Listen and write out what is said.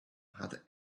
had